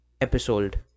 episode